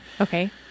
Okay